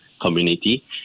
Community